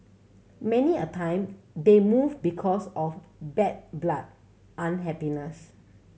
many a time they move because of bad blood unhappiness